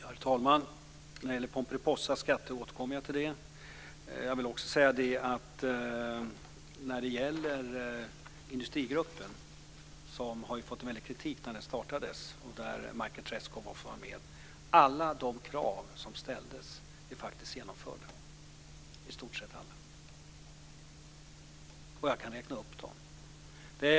Herr talman! Frågan om pomperipossaskatt återkommer jag till. När det gäller industrigruppen, som fick väldig kritik när den startades och där Michael Treschow var med, är faktiskt alla de krav som där ställdes genomförda, i stort sett alla. Och jag kan räkna upp dem.